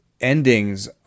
Endings